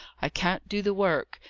i can't do the work.